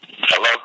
Hello